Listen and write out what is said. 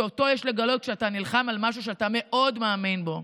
שאותו יש לגלות כשאתה נלחם על משהו שאתה מאוד מאמין בו.